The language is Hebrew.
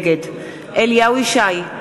נגד אליהו ישי,